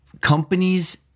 companies